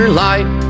light